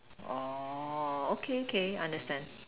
orh okay okay understand